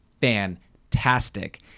fantastic